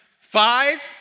Five